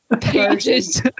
pages